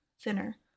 thinner